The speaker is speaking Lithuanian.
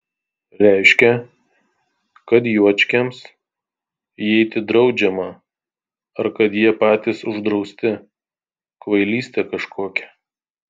reiškia kad juočkiams įeiti draudžiama ar kad jie patys uždrausti kvailystė kažkokia